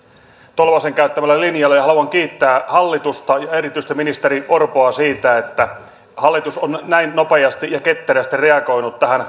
tolvasen käyttämällä linjalla ja haluan kiittää hallitusta ja erityisesti ministeri orpoa siitä että hallitus on näin nopeasti ja ketterästi reagoinut tähän